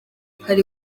hari